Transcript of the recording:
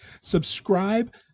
subscribe